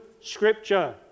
Scripture